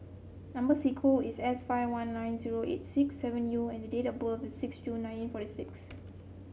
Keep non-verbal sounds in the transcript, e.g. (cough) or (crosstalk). number (unintelligible) is S five one nine zero eight six seven U and the date of birth is six June nineteen forty six